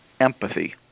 empathy